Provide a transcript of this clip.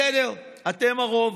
בסדר, אתם הרוב,